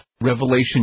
Revelation